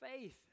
faith